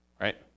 Right